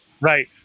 Right